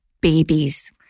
babies